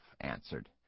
answered